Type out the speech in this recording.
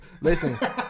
Listen